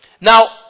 Now